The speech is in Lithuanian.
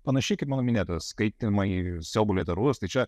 panašiai kaip mano minėtas skaitymai siaubo literatūros tai čia